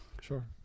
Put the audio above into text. sure